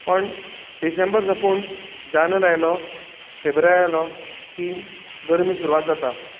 पण डिसेंबर सोंपून जानेर आयलो फेब्रेर आयलो की गर्मी सुरवात जाता